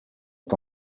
est